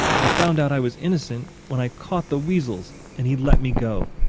he found out i was innocent when i caught the weasels and he let me go.